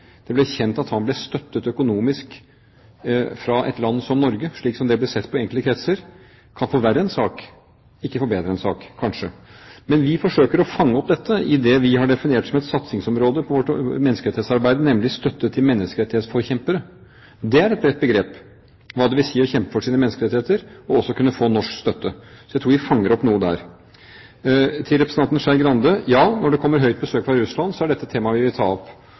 ble støttet økonomisk fra et land som Norge, slik som det blir sett på i enkelte kretser, kan det kanskje forverre en sak, ikke forbedre en sak. Men vi forsøker å fange opp dette i det vi har definert som et satsingsområde på menneskerettighetsarbeid, nemlig støtte til menneskerettighetsforkjempere. Det er et bredt begrep, hva det vil si å kjempe for sine menneskerettigheter, og også kunne få norsk støtte. Så jeg tror vi fanger opp noe der. Til representanten Skei Grande: Ja, når det kommer høytstående besøk fra Russland, er dette tema vi vil ta opp.